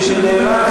כפי שנאמר,